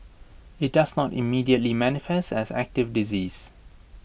IT does not immediately manifest as active disease